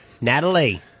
Natalie